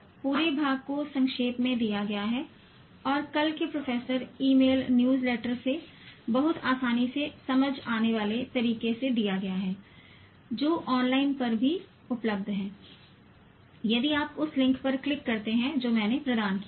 पूरे भाग को संक्षेप में दिया गया है और कल के प्रोफेसर ईमेल न्यूज़लैटर से बहुत आसानी से समझ आने वाले तरीके से दिया गया है जो ऑनलाइन पर भी उपलब्ध है यदि आप उस लिंक पर क्लिक करते हैं जो मैंने प्रदान किया है